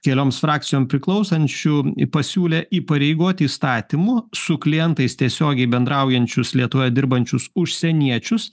kelioms frakcijom priklausančių pasiūlė įpareigoti įstatymu su klientais tiesiogiai bendraujančius lietuvoje dirbančius užsieniečius